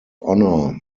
honour